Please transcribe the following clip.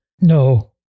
No